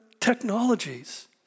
technologies